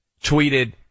tweeted